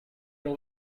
l’on